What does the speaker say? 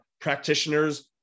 practitioners